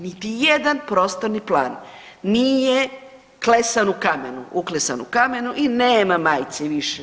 Niti jedan prostorni plan nije klesan u kamenu, uklesan u kamenu i nema majci više to.